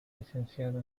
licenciado